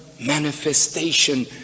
manifestation